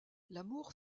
l’amour